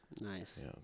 Nice